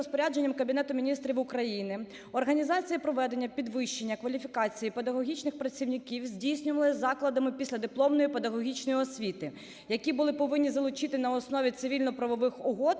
розпорядженням Кабінету Міністрів України організація і проведення підвищення кваліфікації педагогічних працівників здійснювалась закладами післядипломної педагогічної освіти, які були повинні залучити на основі цивільно-правових угод